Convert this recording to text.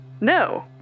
No